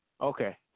Okay